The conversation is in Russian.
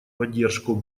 поддержку